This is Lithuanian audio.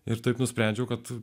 ir taip nusprendžiau kad